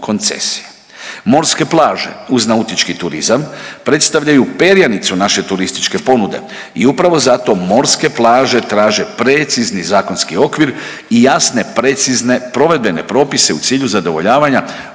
Morske plaže uz nautički turizam predstavljaju perjanicu naše turističke ponude i upravo zato morske plaže traže precizni zakonski okvir i jasne precizne provedbene propise u cilju zadovoljavanja